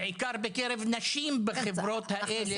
בעיקר בקרב נשים בחברות האלה.